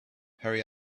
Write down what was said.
hurry